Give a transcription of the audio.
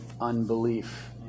unbelief